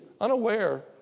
unaware